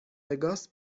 وگاس